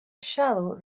shallow